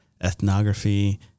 ethnography